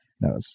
no